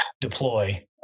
deploy